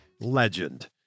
legend